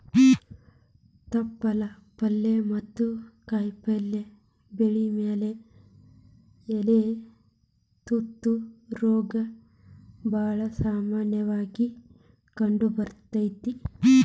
ತಪ್ಪಲ ಪಲ್ಲೆ ಮತ್ತ ಕಾಯಪಲ್ಲೆ ಬೆಳಿ ಮ್ಯಾಲೆ ಎಲಿ ತೂತ ರೋಗ ಬಾಳ ಸಾಮನ್ಯವಾಗಿ ಕಂಡಬರ್ತೇತಿ